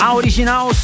original